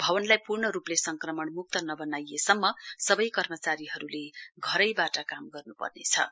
भवनलाई पूर्ण रूपले संक्रमणमुक्त नबनाइएसम्म सबै कर्मचारीहरूले घरैवाट काम गर्नेछन्